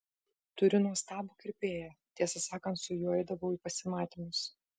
turiu nuostabų kirpėją tiesą sakant su juo eidavau į pasimatymus